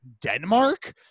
Denmark